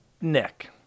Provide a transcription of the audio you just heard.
Nick